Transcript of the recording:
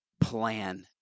plan